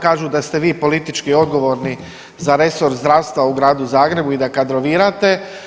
Kažu da ste vi politički odgovorni za resor zdravstva u gradu Zagrebu i da kadrovirate.